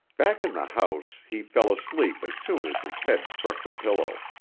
back in the house he fell asleep as soon as his head struck the pillow.